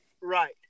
Right